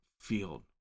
field